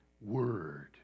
Word